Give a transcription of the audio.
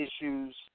issues